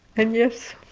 and yes,